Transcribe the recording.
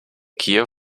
kiev